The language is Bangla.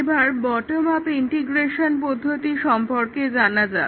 এবার বটম আপ ইন্টিগ্রেশন পদ্ধতি সম্পর্কে জানা যাক